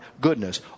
goodness